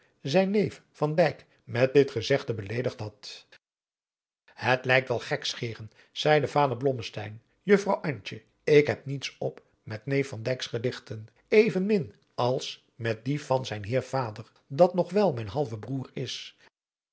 zijn neef van dyk met dit gezegde beleedigd had het likt wel gekscheren zeide vader blommesteyn juffrouw antje ik heb niets op met neef van dyks gedichten even min als met die van zijn heer vader dat nog wel mijn halve broêr is